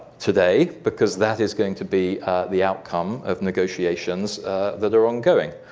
today, because that is going to be the outcome of negotiations that are ongoing.